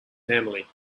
family